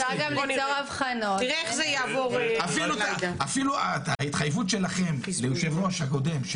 בוא נראה איך זה יעבור --- אפילו ההתחייבות שלכם ליושב-ראש הקודם,